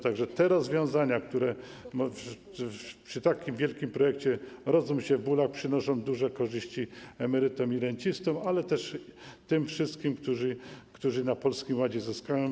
Tak że te rozwiązania, które przy takim wielkim projekcie rodzą się w bólach, przynoszą duże korzyści emerytom i rencistą, ale też tym wszystkim, którzy na Polskim Ładzie zyskają.